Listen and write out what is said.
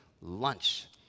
lunch